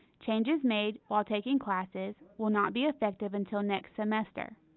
changes made while taking classes will not be effective until next semester.